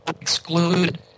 exclude